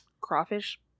crawfish